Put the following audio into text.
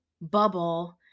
bubble